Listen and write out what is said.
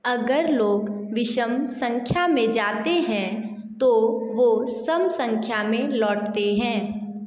अगर लोग विषम संख्या में जाते हैं तो वह सम संख्या में लौटते हैं